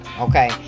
Okay